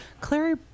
clary